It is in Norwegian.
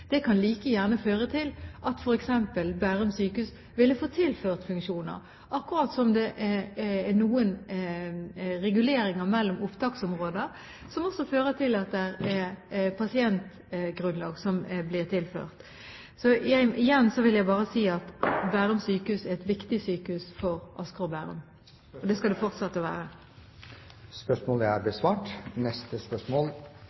kan like gjerne føre til at f.eks. Bærum sykehus ville få tilført funksjoner, akkurat som det er noen reguleringer mellom opptaksområder som også fører til at pasientgrunnlag blir tilført. Så igjen vil jeg bare si at Bærum sykehus er et viktig sykehus for Asker og Bærum. Det skal det fortsette å være. Jeg tillater meg å stille følgende spørsmål